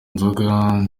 nzoga